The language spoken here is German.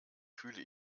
fühle